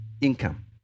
income